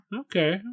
Okay